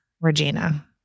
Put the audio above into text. Regina